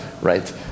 right